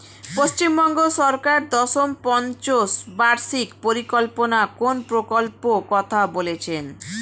পশ্চিমবঙ্গ সরকার দশম পঞ্চ বার্ষিক পরিকল্পনা কোন প্রকল্প কথা বলেছেন?